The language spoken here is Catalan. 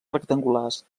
rectangulars